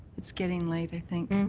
it's getting late i think.